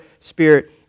spirit